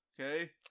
okay